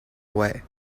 away